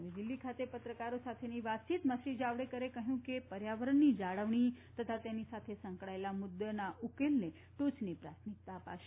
નવી દિલ્હી ખાતે પત્રકારો સાથેની વાતચીતમાં શ્રી જાવડેકરે કહ્યું કે પર્યાવરણની જાળવણી તથા તેની સાથે સંકળાયેલા મુદ્દાના ઉકેલને ટોચની પ્રાથમિકતા અપાશે